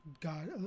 God